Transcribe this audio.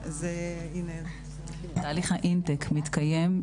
תהליך האינטייק מתקיים.